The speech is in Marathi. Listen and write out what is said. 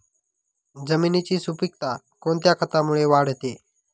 जमिनीची सुपिकता कोणत्या खतामुळे वाढते?